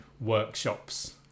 workshops